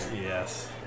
Yes